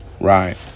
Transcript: Right